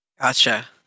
Gotcha